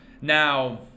Now